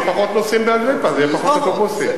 יהיו פחות נוסעים באגריפס ויהיו פחות אוטובוסים.